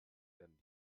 werden